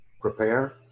Prepare